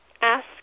ask